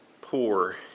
poor